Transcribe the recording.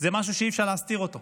משהו שאי-אפשר להסתיר, הוא